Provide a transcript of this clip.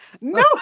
no